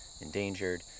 endangered